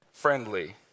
friendly